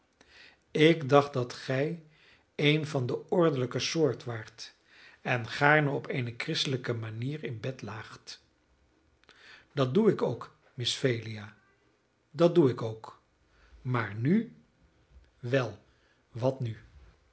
ik dacht dat gij een van de ordelijke soort waart en gaarne op eene christelijke manier in bed laagt dat doe ik ook miss phelia dat doe ik ook maar nu wel wat nu